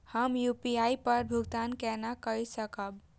हम यू.पी.आई पर भुगतान केना कई सकब?